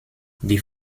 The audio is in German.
die